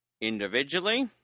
Individually